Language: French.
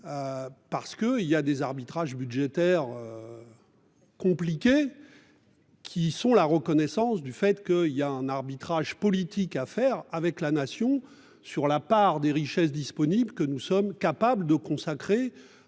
Parce que il y a des arbitrages budgétaires. Compliquées. Qui sont la reconnaissance du fait que il y a un arbitrage politique à faire avec la nation sur la part des richesses disponible que nous sommes capables de consacré.